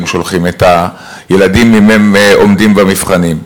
שולחים את הילדים אם הם עומדים במבחנים.